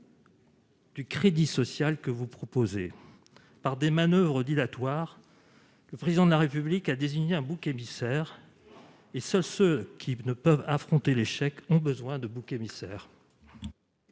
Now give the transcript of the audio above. du crédit social que vous proposez. Par des manoeuvres dilatoires, le Président de la République a désigné un bouc émissaire. Or seuls ceux qui ne peuvent affronter l'échec en ont besoin ... La